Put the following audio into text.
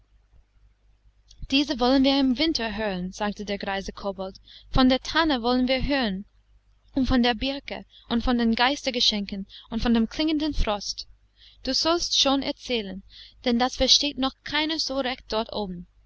diese wollen wir im winter hören sagte der greise kobold von der tanne wollen wir hören und von der birke und von den geistergeschenken und von dem klingenden frost du sollst schon erzählen denn das versteht noch keiner so recht dort oben